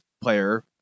player